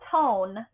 tone